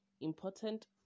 important